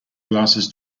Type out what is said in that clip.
glasses